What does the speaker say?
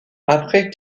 après